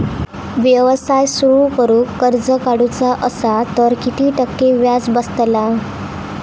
व्यवसाय सुरु करूक कर्ज काढूचा असा तर किती टक्के व्याज बसतला?